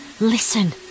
listen